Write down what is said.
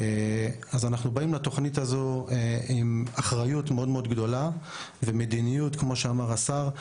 אנחנו באים לתוכנית הזו עם אחריות מאוד גדולה וכמו שאמר השר,